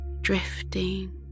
drifting